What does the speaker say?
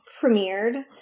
premiered